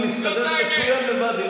היא מסתדרת מצוין לבד,